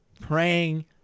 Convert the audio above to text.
praying